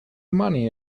money